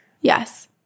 Yes